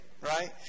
right